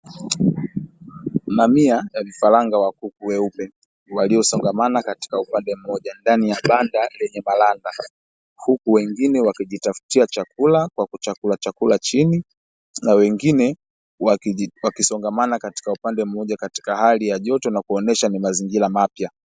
Mamia ya vifaranga wa kuku weupe waliosongamana katika upande mmoja ndani ya banda lenye maranda. Huku wengine wakijitafutia chakula kwa kuchakurachakura chini, na wengine wakisongamana katika upande mmoja katika hali ya joto na kuonyesha ni mazingira mapya.